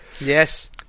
Yes